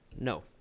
no